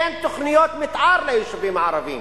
אין תוכניות מיתאר ליישובים הערביים,